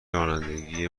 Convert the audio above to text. رانندگی